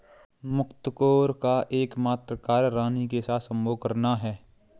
मुकत्कोर का एकमात्र कार्य रानी के साथ संभोग करना है